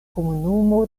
komunumo